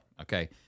Okay